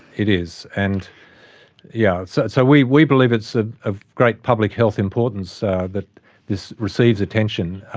it is. and yeah so so we we believe it's ah of great public health importance that this receives attention.